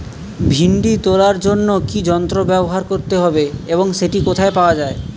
ভিন্ডি তোলার জন্য কি যন্ত্র ব্যবহার করতে হবে এবং সেটি কোথায় পাওয়া যায়?